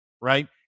right